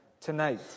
tonight